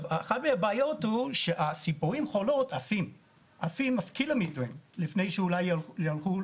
אחת מהבעיות היא שציפורים חולות עפות קילומטרים לפני שימותו.